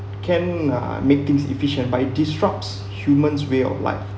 can uh make things efficient but it disrupts human's way of life